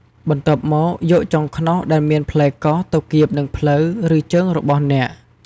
បន្ទាប់មក យកចុងខ្នោសដែលមានផ្លែកោស ទៅគៀបនឹងភ្លៅ ឬជើងរបស់អ្នក។